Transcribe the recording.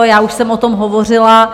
Já už jsem o tom hovořila.